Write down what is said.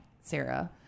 Sarah